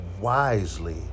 wisely